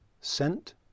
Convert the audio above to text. scent